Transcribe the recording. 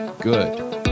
good